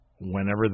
whenever